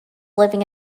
living